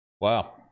Wow